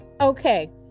okay